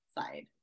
side